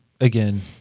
again